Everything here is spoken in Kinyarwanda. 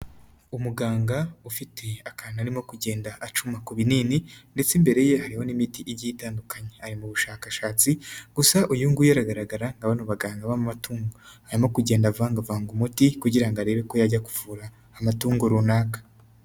Umuganga ufite akantu arimo kugenda acuma ku binini ndetse imbere ye hariho n'imiti igiye itandukanye ari mu bushakashatsi gusa uyu nguyu aragaragara nka bano baganga b'amatungo arimo kugenda avanga vanga umuti kugira ngo arebe ko yajya kuvura amatungo runaka.